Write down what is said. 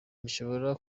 bishobora